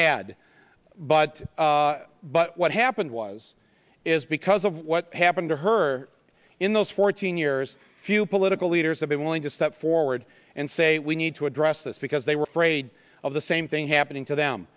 had but but what happened was is because of what happened to her in those fourteen years few political leaders have been willing to step forward and say we need to address this because they were afraid of the same thing happening to them